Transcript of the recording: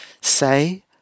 say